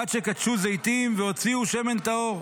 עד שכתשו זיתים והוציאו שמן טהור.